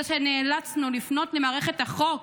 זה שנאלצנו לפנות למערכת החוק